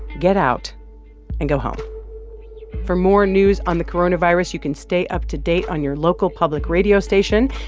get out and go home for more news on the coronavirus, you can stay up to date on your local public radio station.